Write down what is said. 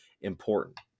important